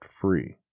free